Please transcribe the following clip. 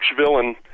Villain